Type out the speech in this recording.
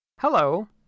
Hello